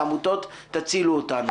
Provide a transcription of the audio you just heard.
לעמותות: תצילו אותנו.